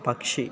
పక్షి